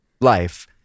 life